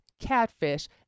catfish